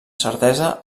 certesa